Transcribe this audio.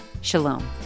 Shalom